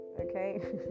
okay